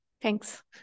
Thanks